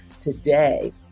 today